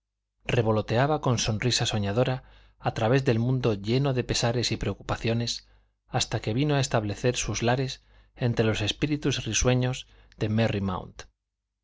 revoloteaba con sonrisa soñadora a través del mundo lleno de pesares y preocupaciones hasta que vino a establecer sus lares entre los espíritus risueños de merry mount